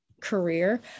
career